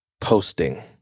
posting